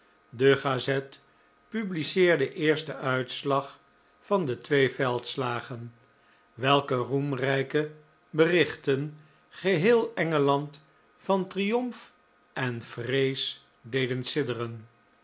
de gazette publiceerde eerst den uitslag van de twee veldslagen oodajqjq p welke roemrijke berichten geheel engeland van triomf en vrees deden